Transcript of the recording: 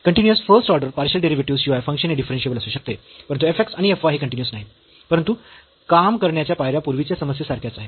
continuous first order partial derivatives शिवाय function हे differentiable असू शकते परंतु f x आणि f y हे कन्टीन्यूअस नाहीत परंतु काम करण्याच्या पायऱ्या पूर्वीच्या समस्ये सारख्याच आहेत